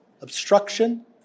obstruction